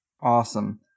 Awesome